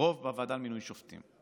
רוב בוועדה למינוי שופטים.